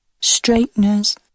straighteners